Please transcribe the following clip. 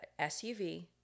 SUV